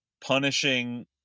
punishing